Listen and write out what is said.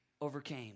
overcame